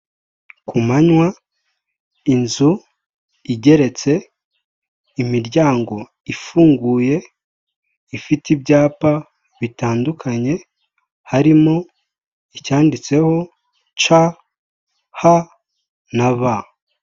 Ku manywa, inzu igeretse, imiryango ifunguye, ifite ibyapa bitandukanye, harimo icyanditseho ca, ha na ba.